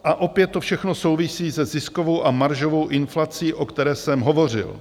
A opět to všechno souvisí se ziskovou a maržovou inflací, o které jsem hovořil.